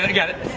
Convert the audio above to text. and got it,